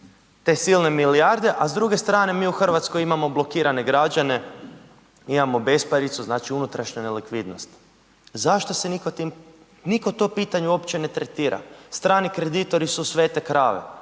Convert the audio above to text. te silne milijarde a s druge strane mi u Hrvatskoj imamo blokirane građane, imamo besparicu, znači unutrašnju nelikvidnost. Zašto se nitko tim, nitko to pitanje uopće ne tretira. Strani kreditori su svete krave.